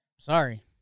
Sorry